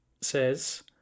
says